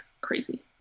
crazy